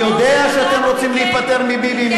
אני יודע שאתם רוצים להיפטר מביבי,